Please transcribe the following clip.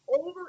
over